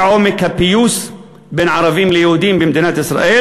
עומק הפיוס בין ערבים ליהודים במדינת ישראל.